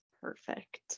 Perfect